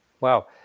Wow